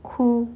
cool